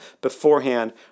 beforehand